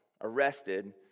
arrested